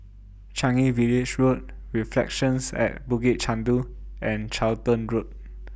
Changi Village Road Reflections At Bukit Chandu and Charlton Road